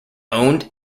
owned